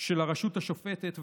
של הרשות השופטת,